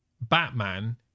Batman